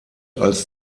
als